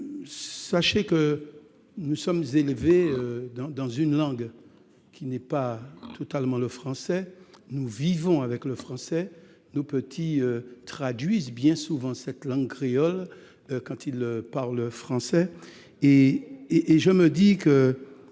Antilles, nous sommes élevés dans une langue qui n'est pas exactement le français. Nous vivons avec le français. Nos petits traduisent bien souvent la langue créole quand ils parlent français. Éviter